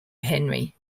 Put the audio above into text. henry